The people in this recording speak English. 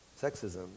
Sexism